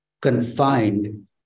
confined